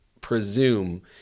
presume